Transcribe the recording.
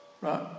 right